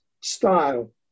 style